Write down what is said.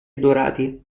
dorati